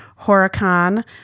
Horicon